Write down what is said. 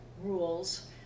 rules